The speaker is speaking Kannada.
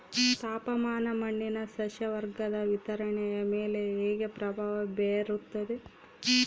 ತಾಪಮಾನ ಮಣ್ಣಿನ ಸಸ್ಯವರ್ಗದ ವಿತರಣೆಯ ಮೇಲೆ ಹೇಗೆ ಪ್ರಭಾವ ಬೇರುತ್ತದೆ?